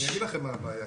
אני אגיד לכם מה הבעיה,